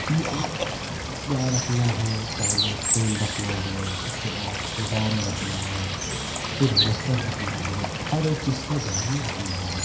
کہ یہاں پر کیا رکھنا ہے پہلے فعل رکھنا ہے اس کے بعد مضارع رکھنا ہے پھر مصدر رکھنا ہے ہر ایک چیز کا ذہن میں رکھنا ہوگا